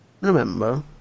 remember